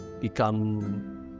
become